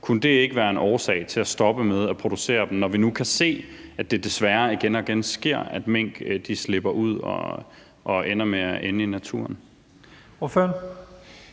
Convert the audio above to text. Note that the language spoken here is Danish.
Kunne det ikke være en årsag til at stoppe med at producere dem, når vi nu kan se, at det desværre sker igen og igen, at mink slipper ud og ender med at være i naturen?